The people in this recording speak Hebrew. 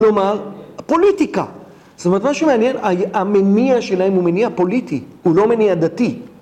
כלומר, פוליטיקה, זאת אומרת מה שמעניין, המניע שלהם הוא מניע פוליטי, הוא לא מניע דתי.